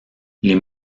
les